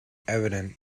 evident